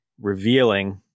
revealing